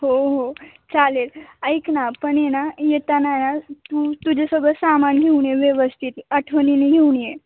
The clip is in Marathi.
हो हो चालेल ऐक ना पण येना येताना आहे ना तू तुझे सगळं सामान घेऊन ये व्यवस्थित आठवणीने घेऊन ये